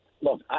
look